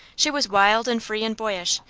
she was wild and free and boyish,